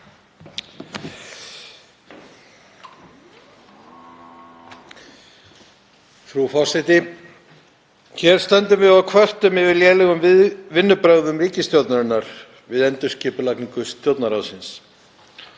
Frú forseti. Hér stöndum við og kvörtum yfir lélegum vinnubrögðum ríkisstjórnarinnar við endurskipulagningu Stjórnarráðsins.